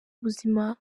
ubuzima